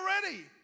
already